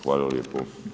Hvala lijepo.